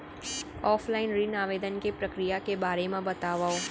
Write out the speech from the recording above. Offline ऋण आवेदन के प्रक्रिया के बारे म बतावव?